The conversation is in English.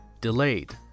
delayed